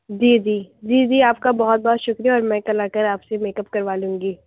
جی جی جی جی آپ کا بہت بہت شُکریہ اور میں کل آکر آپ سے میک اپ کروا لوں گی